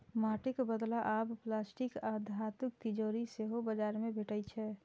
माटिक बदला आब प्लास्टिक आ धातुक तिजौरी सेहो बाजार मे भेटै छै